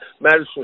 Madison